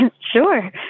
Sure